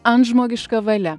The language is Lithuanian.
antžmogiška valia